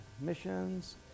missions